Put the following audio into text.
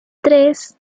tres